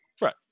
right